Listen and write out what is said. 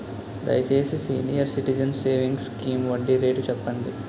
దయచేసి senior citizens savings scheme వడ్డీ rate చెప్పండి